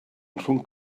rhwng